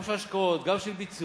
גם של השקעות, גם של ביצוע.